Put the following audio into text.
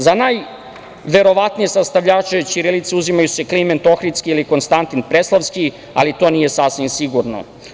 Za najverovatnije sastavljače ćirilice uzimaju se Kliment Ohridski ili Konstantin Preslavski, ali to nije sasvim sigurno.